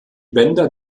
bänder